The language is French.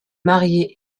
marié